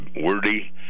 wordy